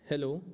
hello